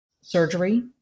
surgery